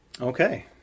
Okay